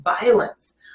violence